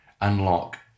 unlock